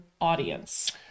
audience